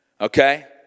okay